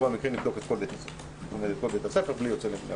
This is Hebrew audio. המקרים נבדוק את כל בית הספר בלי יוצא מן הכלל.